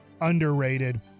underrated